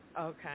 Okay